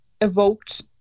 evoked